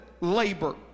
labor